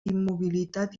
immobilitat